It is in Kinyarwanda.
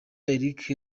eric